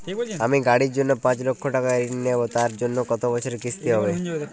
আমি গাড়ির জন্য পাঁচ লক্ষ টাকা ঋণ নেবো তার জন্য কতো বছরের কিস্তি হবে?